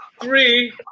three